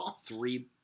Three